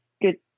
good